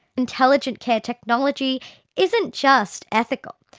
intelligent care technology isn't just ethical,